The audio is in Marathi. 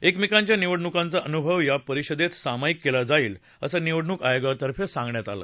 एकमेकांच्या निवडणुकांचा अनुभव या परिषदेत सामायिक केला जाईलअसं निवडणूक आयोगातर्फे सांगण्यात आलं